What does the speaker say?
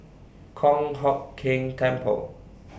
Kong Hock Keng Temple